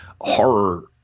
horror